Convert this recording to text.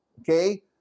okay